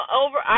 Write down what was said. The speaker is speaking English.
over